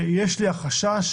יש לי חשש